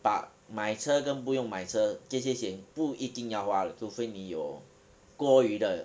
but 买车跟不用买车这些钱不一定要花的除非你有多余的